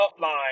upline